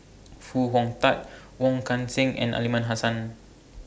Foo Hong Tatt Wong Kan Seng and Aliman Hassan